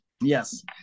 Yes